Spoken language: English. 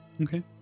Okay